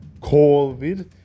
COVID